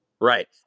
Right